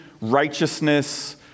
righteousness